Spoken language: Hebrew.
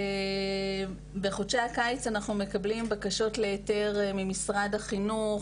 בחודשי הקיץ אנחנו מקבלים בקשות להיתר ממשרד החינוך